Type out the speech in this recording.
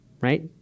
Right